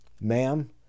ma'am